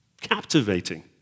Captivating